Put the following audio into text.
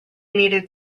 needed